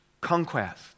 conquest